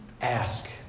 Ask